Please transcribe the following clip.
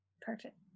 Perfect